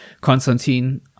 Konstantin